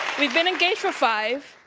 we've been engaged for five,